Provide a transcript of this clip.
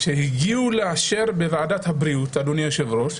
שהגיעו לאשר בוועדת הבריאות, אדוני היושב-ראש,